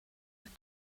have